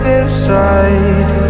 inside